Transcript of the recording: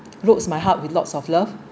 loads my heart with lots of love